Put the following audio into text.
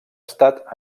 estat